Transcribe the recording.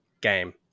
game